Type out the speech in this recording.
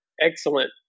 excellent